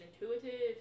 intuitive